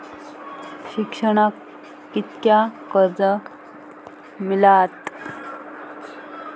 शिक्षणाक कीतक्या कर्ज मिलात?